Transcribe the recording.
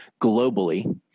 globally